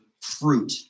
fruit